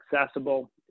accessible